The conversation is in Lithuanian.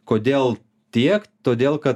kodėl tiek todėl kad